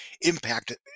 impact